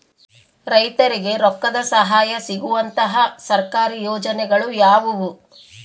ರೈತರಿಗೆ ರೊಕ್ಕದ ಸಹಾಯ ಸಿಗುವಂತಹ ಸರ್ಕಾರಿ ಯೋಜನೆಗಳು ಯಾವುವು?